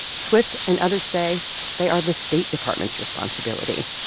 swift and others say they are the state department's responsibility.